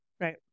Right